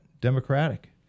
democratic